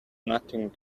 nothing